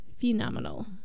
phenomenal